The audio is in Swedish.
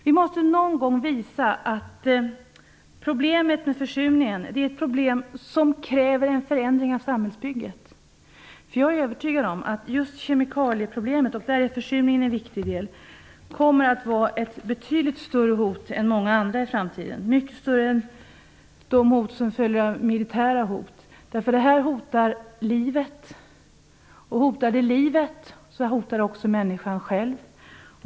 Vi måste någon gång visa att problemet med försurningen kräver en förändring av samhällsbygget. Jag är övertygad om att just kemikalieproblemet - och där är försurningen en viktigt del - i framtiden kommer att vara ett betydligt större hot än många andra. Det kommer att vara mycket större än de militära hoten. Det här är nämligen ett hot mot livet, och hotar det livet så hotar det också människan själv.